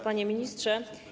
Panie Ministrze!